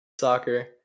soccer